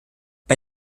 bei